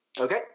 Okay